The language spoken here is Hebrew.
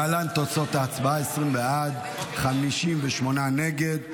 להלן תוצאות ההצבעה: 20 בעד, 58 נגד.